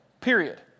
period